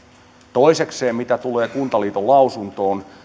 toisekseen mitä tulee kuntaliiton lausuntoon